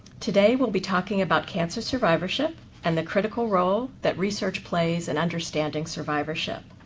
today, we'll be talking about cancer survivorship and the critical role that research plays in understanding survivorship.